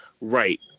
Right